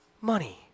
money